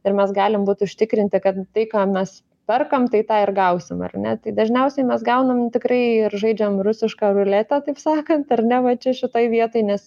ir mes galim būti užtikrinti kad tai ką mes perkam tai tą ir gausim ar ne tai dažniausiai mes gaunam tikrai ir žaidžiam rusišką ruletę taip sakant ar ne va čia šitoj vietoj nes